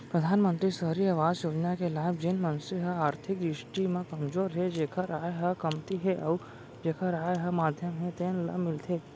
परधानमंतरी सहरी अवास योजना के लाभ जेन मनसे ह आरथिक दृस्टि म कमजोर हे जेखर आय ह कमती हे अउ जेखर आय ह मध्यम हे तेन ल मिलथे